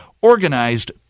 organized